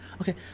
Okay